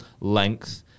length